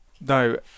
no